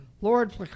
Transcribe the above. Lord